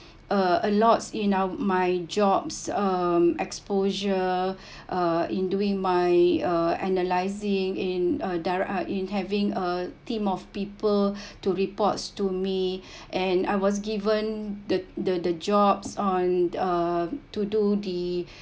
a a lots in ou~ my jobs um exposure uh in doing my uh analysing in a direct in having a team of people to reports to me and I was given the the the jobs on uh to do the